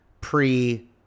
pre